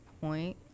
point